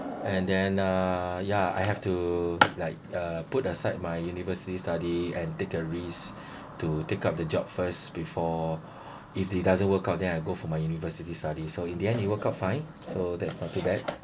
and then uh ya I have to like uh put aside my university study and take a risk to take up the job first before if the doesn't work out then I go for my university study so in the end it work out fine so that's not too bad